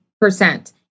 percent